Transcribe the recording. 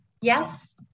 Yes